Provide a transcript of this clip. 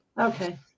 Okay